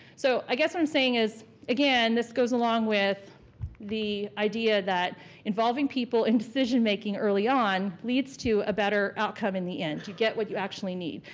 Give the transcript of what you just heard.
so i guess what i'm saying is again, this goes along with the idea that involving people in decision making early on leads to a better outcome in the end. you get what you actually need.